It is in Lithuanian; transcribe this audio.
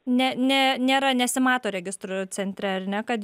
ne ne nėra nesimato registrų centre ar ne kad